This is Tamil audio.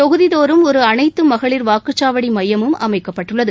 தொகுதி தோறும் ஒரு அனைத்து மகளி் வாக்குச்சாவடி மையமும் அமைக்கப்பட்டுள்ளது